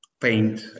paint